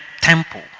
temple